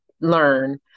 learn